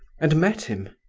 and met him.